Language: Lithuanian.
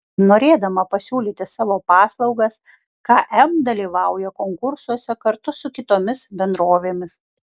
norėdama pasiūlyti savo paslaugas km dalyvauja konkursuose kartu su kitomis bendrovėmis